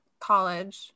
college